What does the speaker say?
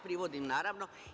Privodim, naravno.